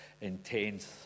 intense